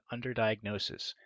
underdiagnosis